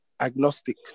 agnostic